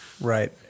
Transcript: right